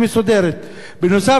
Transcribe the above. נוסף על זה קיים,